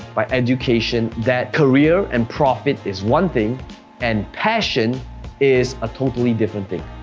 by education, that career and profit is one thing and passion is a totally different thing.